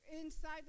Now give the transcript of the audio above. inside